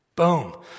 boom